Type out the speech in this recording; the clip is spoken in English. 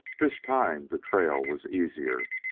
this time the trail was easier.